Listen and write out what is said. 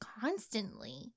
constantly